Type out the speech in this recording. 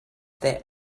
their